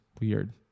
weird